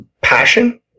passion